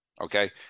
okay